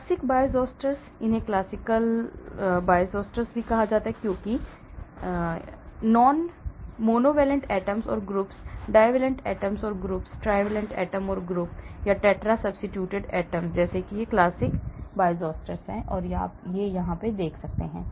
Classic Bioisosteres इन्हें classic bioisostere कहा जाता है इसलिए monovalent atoms or group divalent atoms or group trivalent atoms or group tetrasubstituted atoms जैसे ये Classic Bioisosteres हैं जैसा कि आप यहां देख सकते हैं